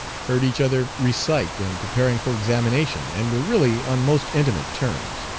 heard each other recite when preparing for examination, and were really on most intimate terms.